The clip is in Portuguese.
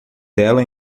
tela